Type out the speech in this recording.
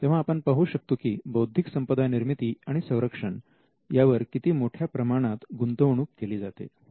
तेव्हा आपण पाहू शकतो की बौद्धिक संपदा निर्मिती आणि संरक्षण यावर किती मोठ्या प्रमाणात गुंतवणूक केली जाते